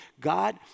God